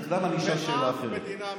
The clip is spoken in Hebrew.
באף מדינה מתוקנת.